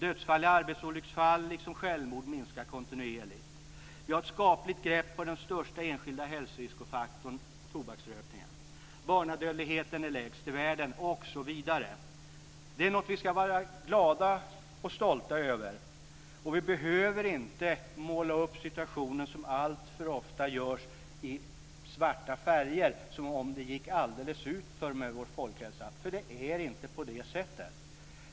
Dödsfall i arbetsolycksfall liksom självmord minskar kontinuerligt. Vi har ett skapligt grepp på den största enskilda hälsoriskfaktorn tobaksrökningen. Barnadödligheten är lägst i världen osv. Detta är något som vi ska vara glada och stolta över. Vi behöver inte måla upp situationen, som alltför ofta görs, i mörka färger, som om det gick alldeles utför med vår folkhälsa. Det är inte på det sättet.